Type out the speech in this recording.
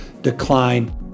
decline